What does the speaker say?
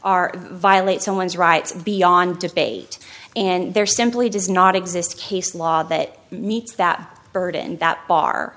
are violate someone's rights beyond debate and there simply does not exist case law that meets that burden that bar